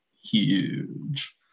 Huge